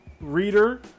reader